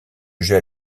gel